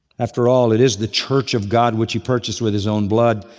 after all, it is the church of god which he purchased with his own blood.